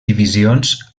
divisions